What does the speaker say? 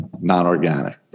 non-organic